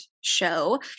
show